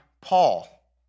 Paul